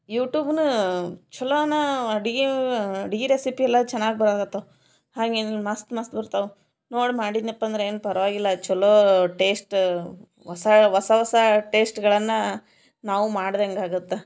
ಯೂಟ್ಯೂಬೂ ಚಲೋನೆ ಅಡಿಗೆ ಅಡಿಗೆ ರೆಸಿಪಿ ಎಲ್ಲ ಚೆನ್ನಾಗಿ ಬರ್ತಾವೆ ಹಾಗೆ ಏನು ಇಲ್ಲ ಮಸ್ತ್ ಮಸ್ತ್ ಬರ್ತಾವೆ ನೋಡಿ ಮಾಡಿದ್ನಪ್ಪ ಅಂದ್ರೆ ಏನು ಪರವಾಗಿಲ್ಲ ಚಲೋ ಟೇಸ್ಟ್ ಹೊಸಾ ಹೊಸ ಹೊಸಾ ಟೇಸ್ಟ್ಗಳನ್ನು ನಾವು ಮಾಡ್ದಂಗಾಗತ್ತೆ